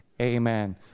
Amen